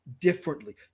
differently